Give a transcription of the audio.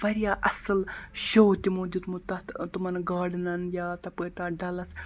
واریاہ اَصٕل شو تِمو دیُتمُت تَتھ تِمَن گاڈنَن یا تَپٲرۍ تَتھ ڈَلَس